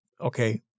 Okay